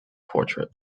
portrait